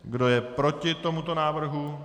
Kdo je proti tomuto návrhu?